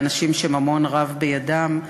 לאנשים שממון רב בידם,